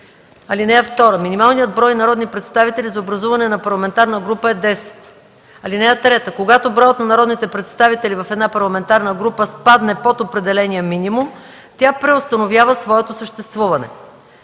групи. (2) Минималният брой народни представители за образуване на парламентарна група е 10. (3) Когато броят на народните представители в една парламентарна група спадне под определения минимум, тя преустановява своето съществуване.